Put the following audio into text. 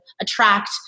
attract